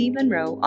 Monroe